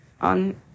on